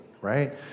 right